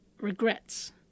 regrets